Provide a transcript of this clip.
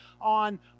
on